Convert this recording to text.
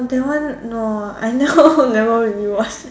that one no I never never really watch